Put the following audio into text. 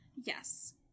yes